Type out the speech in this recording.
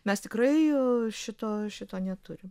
mes tikrai šito šito neturim